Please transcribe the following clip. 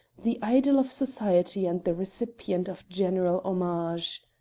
the idol of society and the recipient of general homage.